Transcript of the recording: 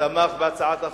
ותמך בהצעת החוק.